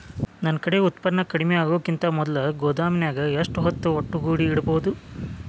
ನನ್ ಕಡೆ ಉತ್ಪನ್ನ ಕಡಿಮಿ ಆಗುಕಿಂತ ಮೊದಲ ಗೋದಾಮಿನ್ಯಾಗ ಎಷ್ಟ ಹೊತ್ತ ಒಟ್ಟುಗೂಡಿ ಇಡ್ಬೋದು?